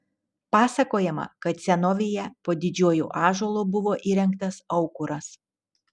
pasakojama kad senovėje po didžiuoju ąžuolu buvo įrengtas aukuras